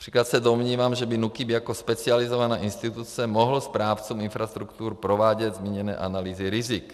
Například se domnívám, že by NÚKIB jako specializovaná instituce mohl správcům infrastruktur provádět zmíněné analýzy rizik.